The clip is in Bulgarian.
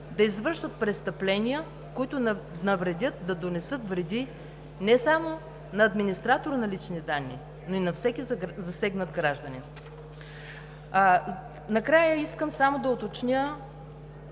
да извършват престъпления, които да донесат вреди не само на администратора на лични данни, но и на всеки засегнат гражданин. Накрая искам само да уточня